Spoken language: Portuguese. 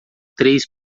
três